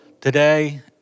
today